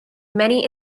many